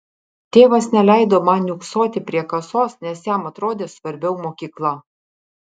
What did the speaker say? tėvas neleido man niūksoti prie kasos nes jam atrodė svarbiau mokykla